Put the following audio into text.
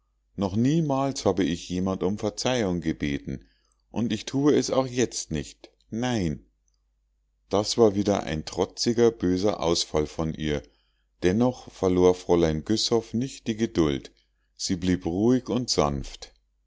noch niemals habe ich jemand um verzeihung gebeten und ich thue es auch jetzt nicht nein das war wieder ein trotziger böser ausfall von ihr dennoch verlor fräulein güssow nicht die geduld sie blieb ruhig und sanft